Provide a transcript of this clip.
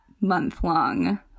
month-long